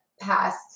past